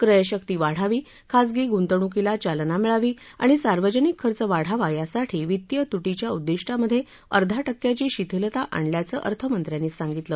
क्रयशक्ती वाढावी खासगी गुंतवणुकीला चालना मिळावी आणि सार्वजनिक खर्च वाढावा यासाठी वित्तीय तुटीच्या उद्दिष्टामध्ये अर्धा टक्क्याची शिथिलता आणल्याचे अर्थमंत्र्यांनी सांगितलं